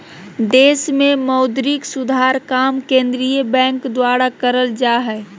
देश मे मौद्रिक सुधार काम केंद्रीय बैंक द्वारा करल जा हय